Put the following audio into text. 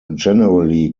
generally